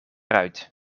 uit